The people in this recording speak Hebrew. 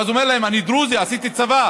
הוא אומר להם: אני דרוזי, עשיתי צבא.